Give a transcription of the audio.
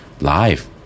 live